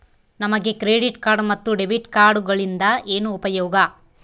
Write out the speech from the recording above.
ನಮಗೆ credit card ಮತ್ತು debit ಕಾರ್ಡುಗಳಿಂದ ಏನು ಉಪಯೋಗ?